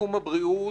בתחום הבריאות,